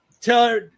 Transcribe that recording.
tell